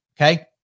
okay